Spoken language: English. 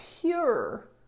pure